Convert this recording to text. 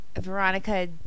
Veronica